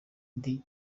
ndi